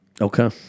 Okay